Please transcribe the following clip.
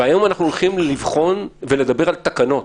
והיום אנחנו הולכים לדבר על תקנות